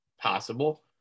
possible